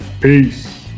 Peace